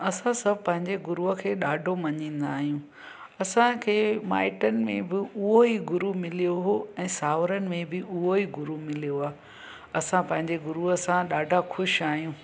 असां सभु पंहिंजे गुरूअ खे ॾाढो मञीदा आहियूं असांखे माइटनि में बि उहो ई गुरू मिलियो हुओ ऐं सावरनि में बि उहेई गुरू मिलियो आहे असां पंहिंजे गुरूअ सां ॾाढा ख़ुशि आहियूं